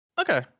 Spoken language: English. Okay